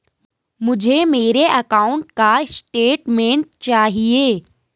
मुझे मेरे अकाउंट का स्टेटमेंट चाहिए?